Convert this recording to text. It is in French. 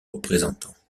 représentants